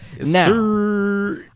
Now